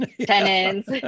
tenants